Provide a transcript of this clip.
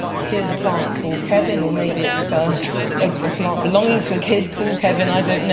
here is a plant called kevin, or maybe it's ah a plant belonging to a kid called kevin. i don't know.